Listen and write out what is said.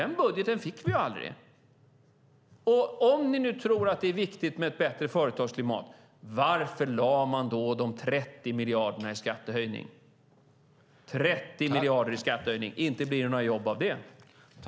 Den budgeten fick vi ju aldrig. Om ni nu tror att det är viktigt med ett bättre företagsklimat, varför lade man då de 30 miljarderna i skattehöjning? 30 miljarder i skattehöjning - inte blir det några jobb av det!